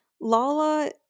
Lala